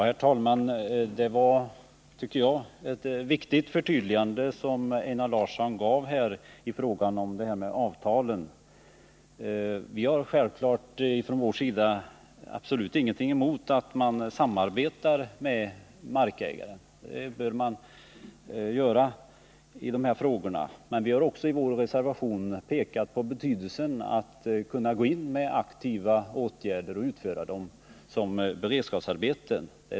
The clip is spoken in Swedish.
Herr talman! Det var ett viktigt förtydligande som Einar Larsson gjorde i fråga om avtalen. Vi har självfallet absolut ingenting emot att man samarbetar med markägaren. Det bör man göra i dessa frågor. Men vi har också i vår reservation pekat på betydelsen av att kunna gå in med aktiva åtgärder och utföra dem såsom beredskapsarbeten.